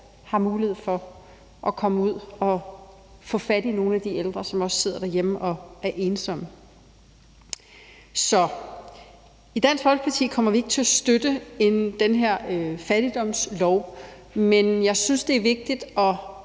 giver mulighed for at komme ud og få fat i nogle af de ældre, som sidder derhjemme og er ensomme. I Dansk Folkeparti kommer vi ikke til at støtte den her fattigdomslov, men jeg synes, det er vigtigt at